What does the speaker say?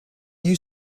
you